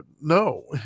no